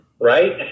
right